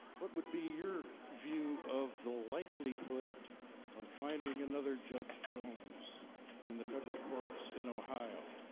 but would be your view of the likelihood of finding another judge jones in the federal courts in ohio?